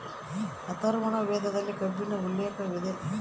ಅಥರ್ವರ್ಣ ವೇದದಲ್ಲಿ ಕಬ್ಬಿಣ ಉಲ್ಲೇಖವಿದೆ